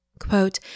Quote